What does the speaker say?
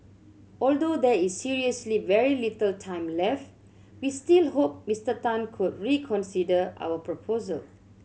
although there is seriously very little time left we still hope Mister Tan could reconsider our proposal